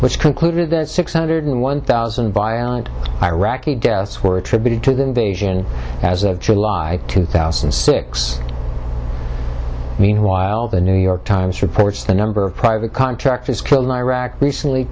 which concluded that six hundred and one thousand iraqi deaths were attributed to the invasion as of july two thousand and six meanwhile the new york times reports the number of private contractors killed in iraq recently